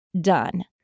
done